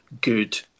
good